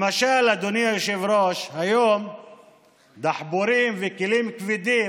למשל, אדוני היושב-ראש, היום דחפורים וכלים כבדים